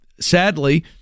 sadly